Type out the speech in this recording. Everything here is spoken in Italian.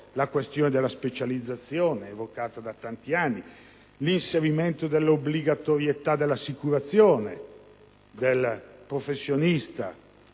alla questione della specializzazione, invocata da tanti anni, all'inserimento dell'obbligatorietà dell'assicurazione del professionista